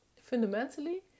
Fundamentally